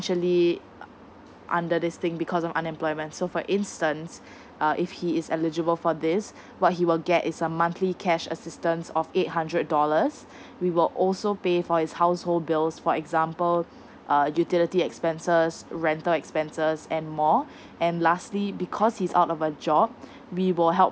financially under this thing because of unemployment so for instance uh if he is eligible for this what he will get is a monthly cash assistance of eight hundred dollars we will also pay for his household bills for example uh utility expenses rental expenses and more and lastly because he's out of a job we will help